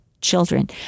children